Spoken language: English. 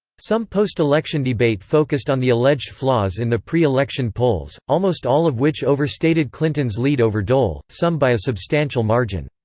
some post-election debate focused on the alleged flaws in the pre-election polls, almost all of which overstated clinton's lead over dole, some by a substantial margin.